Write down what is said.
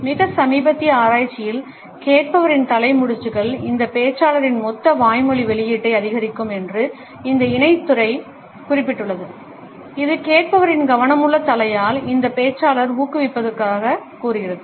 மிகச் சமீபத்திய ஆராய்ச்சியில் கேட்பவரின் தலை முடிச்சுகள் இந்த பேச்சாளரின் மொத்த வாய்மொழி வெளியீட்டை அதிகரிக்கும் என்று இந்த இணைத் துறை குறிப்பிட்டுள்ளது இது கேட்பவரின் கவனமுள்ள தலையால் இந்த பேச்சாளர் ஊக்குவிக்கப்படுவதாகக் கூறுகிறது